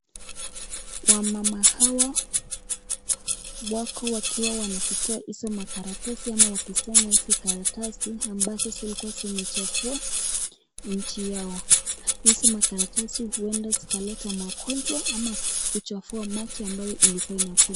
Wamama hawa wako wakiwa wanazitoa hizo makaratasi ama wakisanya hizi karatasi ambazo zilikua zimechafua nchi yao. Hizi makaratasi huenda zikaleta magonjwa ama kuchafua maji ambayo ilikua inakunywa.